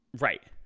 right